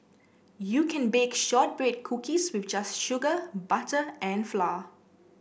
you can bake shortbread cookies with just sugar butter and flour